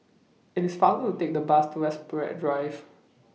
IT IS faster to Take The Bus to Enterprise Road